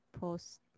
post